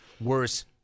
worse